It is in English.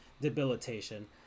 debilitation